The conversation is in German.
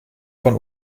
von